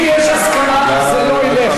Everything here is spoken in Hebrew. אם יש הסכמה, זה לא ילך.